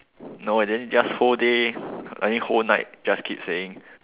no and then he just whole day I mean whole night just keep saying